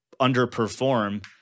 underperform